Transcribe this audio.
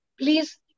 please